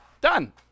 done